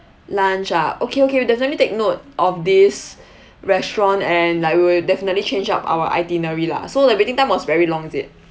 lunch ah okay okay we definitely take note of this restaurant and like we will definitely change up our itinerary lah so the waiting time was very long is it